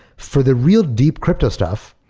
for the real deep crypto stuff,